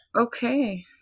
okay